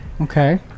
Okay